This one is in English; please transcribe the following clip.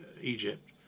Egypt